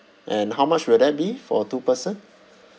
and how much will that be for two person